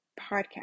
podcast